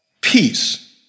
peace